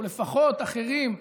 ולפחות אחרים,